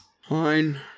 Fine